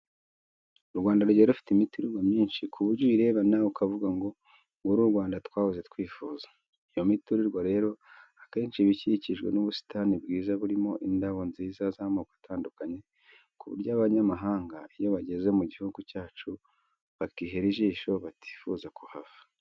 U Rwanda rugiye rufite imiturirwa myinshi ku buryo uyireba nawe ukavuga ngo nguru u Rwanda twahoze twifuza. Iyo miturirwa rero akenshi iba ikikijwe n'ubusitani bwiza burimo indabo nziza z'amoko atandukanye ku buryo abanyamahanga iyo bageze mu gihugu cyacu bakihera ijisho batifuza kuhava.